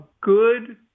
good